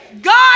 god